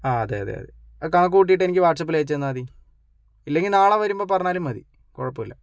ആ അതെ അതെ അതെ അ കണക്ക് കൂട്ടിയിട്ട് എനിക്ക് വാട്സ്പ്പില് അയച്ചു തന്നാൽമതി ഇല്ലെങ്കിൽ നാളെ വരുമ്പോൾ പറഞ്ഞാലും മതി കുഴപ്പമില്ല